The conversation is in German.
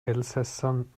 elsässern